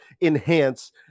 enhance